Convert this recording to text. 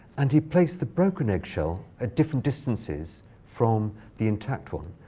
and he placed the broken egg shell at different distances from the intact one,